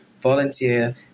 volunteer